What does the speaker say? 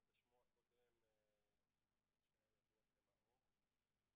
או בשמו הקודם שהיה ידוע כמאו"ר.